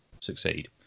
succeed